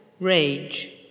rage